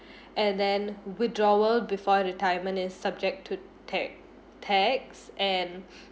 and then withdrawal before retirement is subject to ta~ tax and